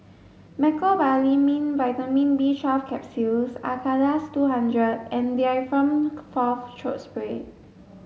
Mecobalamin Vitamin B twelfth Capsules Acardust two hundred and Difflam Forte Throat Spray